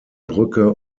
brücke